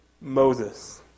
Moses